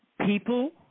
people